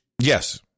Yes